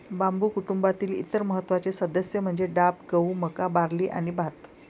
बांबू कुटुंबातील इतर महत्त्वाचे सदस्य म्हणजे डाब, गहू, मका, बार्ली आणि भात